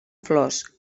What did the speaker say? flors